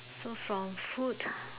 so from food